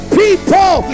people